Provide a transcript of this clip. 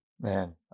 Man